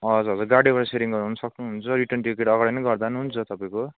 हजुर गाडीबाट सेरिङ गर्नु पनि सक्नुहुन्छ रिटर्न टिकट अगाडि नै गर्दा नि हुन्छ तपाईँको